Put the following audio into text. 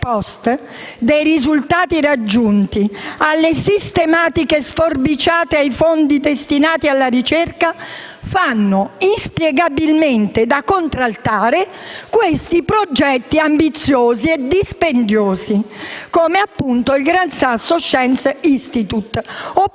dei risultati raggiunti, alle sistematiche sforbiciate ai fondi destinati alla ricerca fanno inspiegabilmente da contraltare progetti ambiziosi e dispendiosi, come appunto il Gran Sasso Science Institute o